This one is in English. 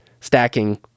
stacking